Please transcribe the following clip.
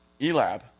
Elab